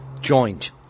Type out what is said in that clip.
joint